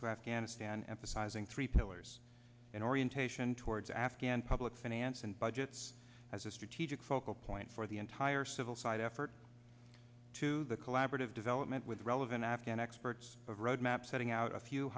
to afghanistan emphasizing three pillars an orientation towards afghan public finance and budgets as a strategic focal point for the entire civil side effort to the collaborative development with relevant afghan experts a road map setting out a few